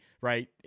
right